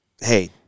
hey